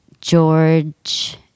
George